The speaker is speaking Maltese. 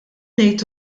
ngħid